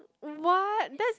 what that's